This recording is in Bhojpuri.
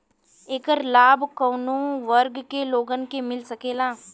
ऐकर लाभ काउने वर्ग के लोगन के मिल सकेला?